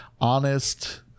honest